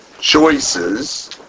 choices